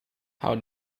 how